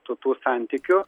tų tų santykių